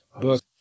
book